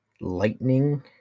lightning